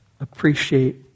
appreciate